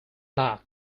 not